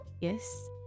Yes